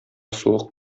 суык